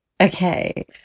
okay